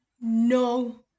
No